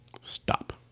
Stop